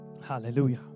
Hallelujah